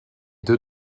deux